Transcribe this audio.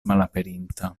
malaperinta